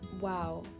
wow